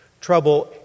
trouble